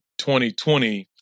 2020